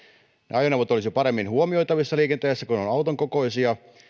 ajoneuvot olisivat paremmin huomioitavissa liikenteessä kun ne ovat auton kokoisia